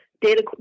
data